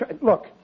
Look